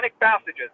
passages